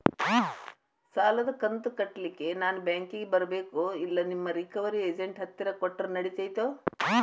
ಸಾಲದು ಕಂತ ಕಟ್ಟಲಿಕ್ಕೆ ನಾನ ಬ್ಯಾಂಕಿಗೆ ಬರಬೇಕೋ, ಇಲ್ಲ ನಿಮ್ಮ ರಿಕವರಿ ಏಜೆಂಟ್ ಹತ್ತಿರ ಕೊಟ್ಟರು ನಡಿತೆತೋ?